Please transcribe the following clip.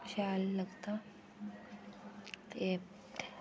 शैल लगदा ते